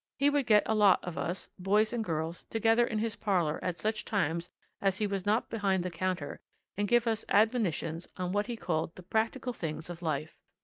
he would get a lot of us, boys and girls, together in his parlour at such times as he was not behind the counter and give us admonitions on what he called the practical things of life.